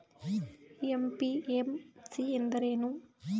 MPMC ಎಂದರೇನು?